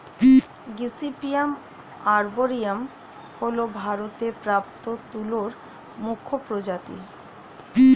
gossypium arboreum হল ভারতে প্রাপ্ত তুলোর মুখ্য প্রজাতি